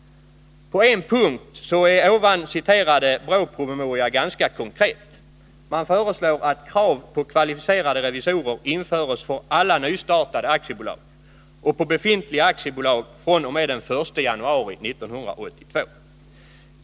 På en punkt är den nämnda BRÅ-promemorian ganska konkret. Man föreslår att krav på kvalificerade revisorer införs för alla nystartade aktiebolag och för befintliga aktiebolag fr.o.m. den 1 januari 1982.